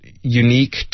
unique